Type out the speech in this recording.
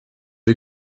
you